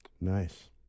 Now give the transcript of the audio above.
Nice